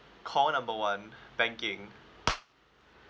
call number one banking